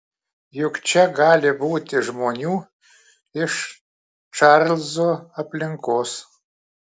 juk čia gali būti žmonių iš čarlzo aplinkos